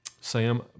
Sam